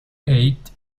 eight